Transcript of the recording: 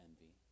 envy